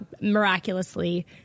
miraculously